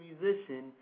musician